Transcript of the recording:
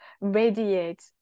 radiate